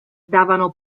davano